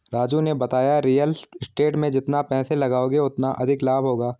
राजू ने बताया real estate में जितना पैसे लगाओगे उतना अधिक लाभ होगा